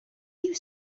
you